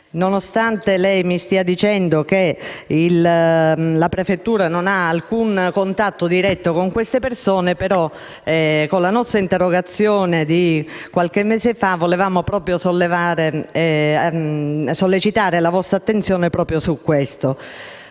nonostante lei mi stia dicendo che la prefettura non ha alcun contatto diretto con queste persone, con la nostra interrogazione presentata qualche mese fa volevamo sollecitare la vostra attenzione proprio su questo.